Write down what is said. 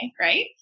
right